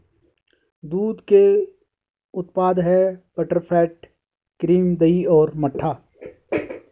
दूध के उत्पाद हैं बटरफैट, क्रीम, दही और मट्ठा